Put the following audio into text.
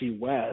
West